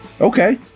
okay